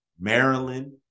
Maryland